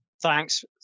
Thanks